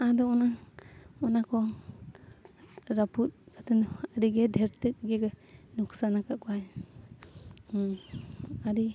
ᱟᱫᱚ ᱚᱱᱟ ᱠᱚ ᱨᱟᱹᱯᱩᱫ ᱠᱟᱛᱮᱫ ᱦᱚᱸ ᱟᱹᱰᱤ ᱜᱮ ᱰᱷᱮᱹᱨ ᱛᱮᱫ ᱜᱮ ᱱᱚᱠᱥᱟᱱ ᱟᱠᱟᱫ ᱠᱚᱣᱟᱭ ᱟᱹᱰᱤ